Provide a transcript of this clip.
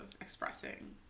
expressing